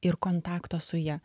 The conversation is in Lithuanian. ir kontakto su ja